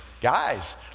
guys